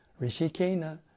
Rishikena